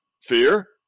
fear